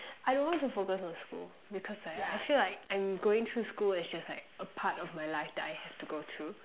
I don't want to focus on school because like I feel like I'm going through school is just like a part of life that I have to go through